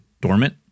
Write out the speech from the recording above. dormant